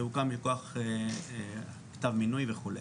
זה הוקם מכוח כתב מינוי וכו'.